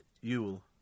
Yule